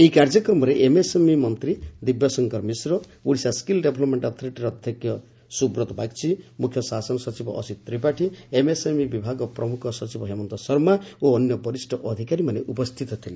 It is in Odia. ଏହି କାର୍ଯ୍ୟକ୍ରମରେ ଏମ୍ଏସ୍ଏମ୍ଇ ମନ୍ତୀ ଦିବ୍ୟଶଙ୍କର ମିଶ୍ର ଓଡ଼ିଶା ସ୍କଲ୍ ଡେଭ୍ଲପ୍ମେଣ୍ଷ୍ ଅଥରିଟିର ଅଧ୍ଘକ୍ଷକ ସୁବ୍ରତ ବାଗ୍ଚୀ ମୁଖ୍ୟ ଶାସନ ସଚିବ ଅସିତ୍ ତ୍ରିପାଠୀ ଏମ୍ଏସ୍ଏମ୍ଇ ବିଭାଗ ପ୍ରମୁଖ ସଚିବ ହେମନ୍ତ ଶର୍ମା ଓ ଅନ୍ୟ ବରିଷ ଅଧିକାରୀମାନେ ଉପସ୍ତିତ ଥିଲେ